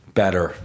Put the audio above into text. better